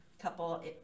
couple